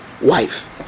wife